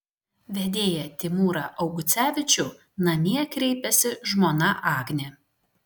vedėją timūrą augucevičių namie kreipiasi žmona agnė